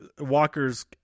walkers